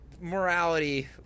morality